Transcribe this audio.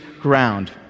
ground